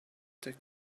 their